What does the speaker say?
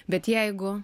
bet jeigu